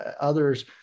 others